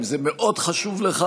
אם זה מאוד חשוב לך,